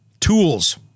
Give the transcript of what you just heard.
tools